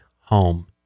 home